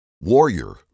warrior